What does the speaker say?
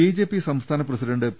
BJP സംസ്ഥാന president P